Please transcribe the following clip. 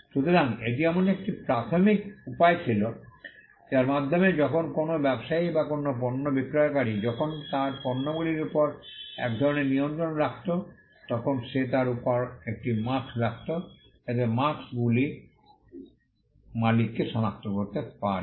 সুতরাং এটি এমন একটি প্রাথমিক উপায় ছিল যার মাধ্যমে যখন কোনও ব্যবসায়ী বা কোনও পণ্য বিক্রয়কারী যখন তার পণ্যগুলির উপর একধরনের নিয়ন্ত্রণ রাখত তখন সে তার উপর একটি মার্ক্স্ রাখত যাতে মার্ক্স্ গুলি মালিককে সনাক্ত করতে পারে